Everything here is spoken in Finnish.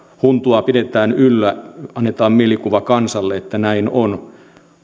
huntua pidetään yllä annetaan mielikuva kansalle että näin on